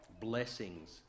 blessings